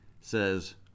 says